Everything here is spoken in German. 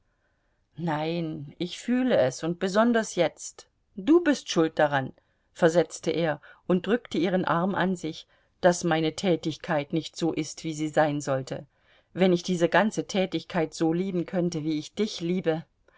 nein ich fühle es und besonders jetzt du bist schuld daran versetzte er und drückte ihren arm an sich daß meine tätigkeit nicht so ist wie sie sein sollte wenn ich diese ganze tätigkeit so lieben könnte wie ich dich liebe